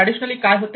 traditionally काय होते